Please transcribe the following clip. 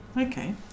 okay